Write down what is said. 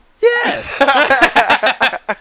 Yes